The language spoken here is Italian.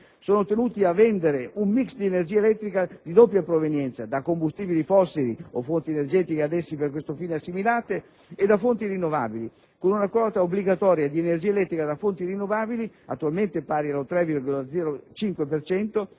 sono tenuti a vendere un *mix* di energia elettrica di doppia provenienza, da combustibili fossili (o fonti energetiche ad essi per questo fine assimilate) e da fonti rinnovabili, con una quota obbligatoria di energia elettrica da fonti rinnovabili attualmente pari al 3,05